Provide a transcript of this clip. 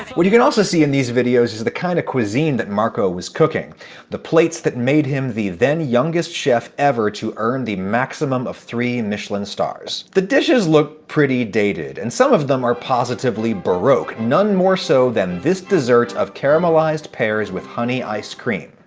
what you can also see in these videos is the kind of cuisine that marco was cooking the plates that made him the then-youngest chef ever to earn the maximum of three and michelin stars. the dishes look pretty dated, and some of them are positively baroque, none more so than this dessert of caramelized pears with honey ice cream.